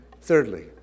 thirdly